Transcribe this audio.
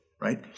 right